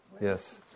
Yes